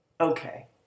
Okay